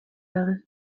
jahren